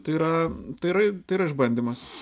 tai yra tai yra tai yra išbandymas